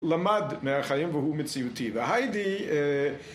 למד מהחיים והוא מציאותי והיידי אה....